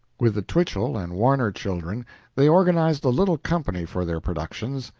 with the twichell and warner children they organized a little company for their productions,